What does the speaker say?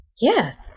Yes